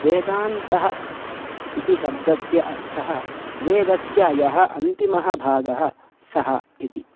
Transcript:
वेदान्तः इति शब्दस्य अर्थः वेदस्य यः अन्तिमः भागः सः इति